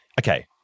okay-